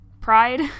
pride